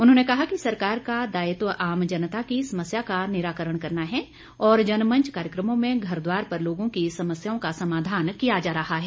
उन्होंने कहा कि सरकार का दायित्व आम जनता की समस्या का निराकरण करना है और जनमंच कार्यक्रमों में घरद्वार पर लोगों की समस्याओं का समाधान किया जा रहा है